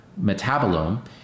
metabolome